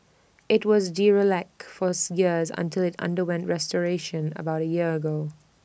IT was derelict fourth years until IT underwent restoration about A year ago